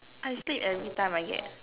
I sleep every time I get